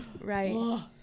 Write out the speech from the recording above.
right